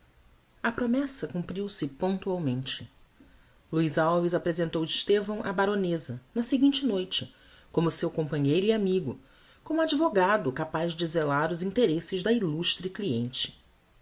a promessa cumpriu se pontualmente luiz alves apresentou estevão á baroneza na seguinte noite como seu companheiro e amigo como advogado capaz de zelar os interesses da illustre cliente